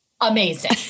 amazing